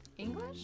English